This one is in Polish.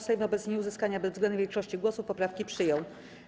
Sejm wobec nieuzyskania bezwzględnej większości głosów poprawki przyjął.